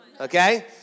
okay